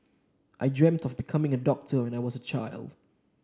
I dreamt of becoming a doctor when I was a child